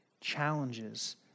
challenges